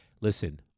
Listen